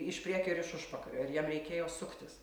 iš priekio ir iš užpakalio ir jiem reikėjo suktis